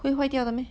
会坏掉的 meh